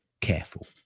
careful